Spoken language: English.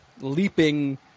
leaping